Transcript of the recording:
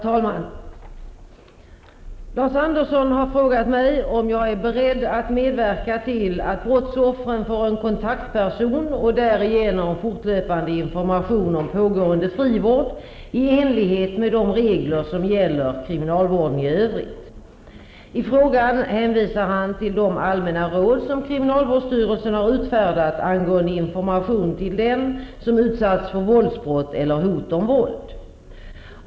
Herr talman! Lars Andersson har frågat mig om jag är beredd att medverka till att brottsoffren får en kontaktperson och därigenom fortlöpande information om pågående frivård i enlighet med regler som gäller kriminalvården i övrigt. I frågan hänvisar han till de allmänna råd som kriminalvårdsstyrelsen har utfärdat angående information till den som utsatts för våldsbrott eller hot om våld.